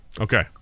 Okay